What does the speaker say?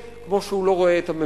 כמו שהוא לא רואה את הצעירים,